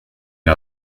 est